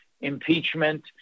impeachment